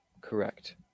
Correct